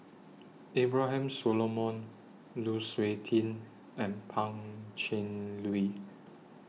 Abraham Solomon Lu Suitin and Pan Cheng Lui